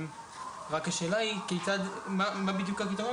השאלה היא רק מה בדיוק הקריטריון,